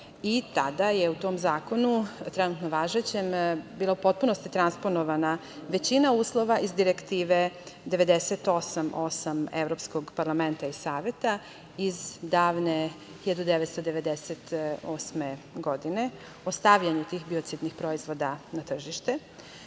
i tada je u tom zakonu, trenutno važećem, bilo u potpunosti transponovana većina uslova iz direktive 98-9 Evropskog parlamenta i Saveta iz davne 1998. godine o stavljanju tih biocidnih proizvoda na tržište.Međutim,